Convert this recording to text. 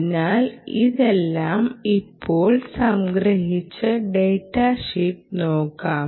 അതിനാൽ ഇതെല്ലാം ഇപ്പോൾ സംഗ്രഹിച്ച് ഡാറ്റ ഷീറ്റ് നോക്കാം